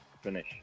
finish